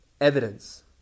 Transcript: evidence